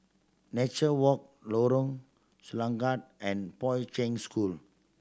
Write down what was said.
Nature Walk Lorong Selangat and Poi Ching School